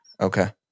Okay